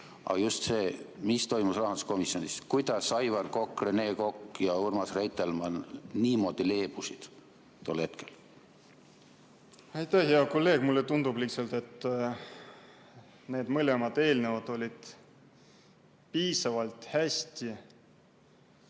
Aga just see: mis toimus rahanduskomisjonis? Kuidas Aivar Kokk, Rene Kokk ja Urmas Reitelmann niimoodi leebusid tol hetkel? Aitäh, hea kolleeg! Mulle tundub lihtsalt, et need mõlemad eelnõud olid piisavalt hästi